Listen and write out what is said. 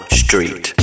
street